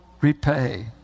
repay